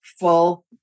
full